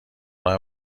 راه